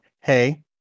hey